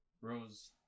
rose